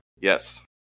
Yes